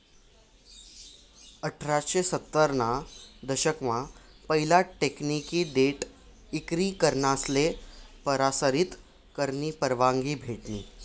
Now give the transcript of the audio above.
अठराशे सत्तर ना दशक मा पहिला टेकनिकी डेटा इक्री करनासले परसारीत करानी परवानगी भेटनी